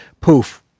poof